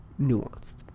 nuanced